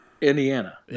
Indiana